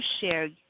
share